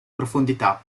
profondità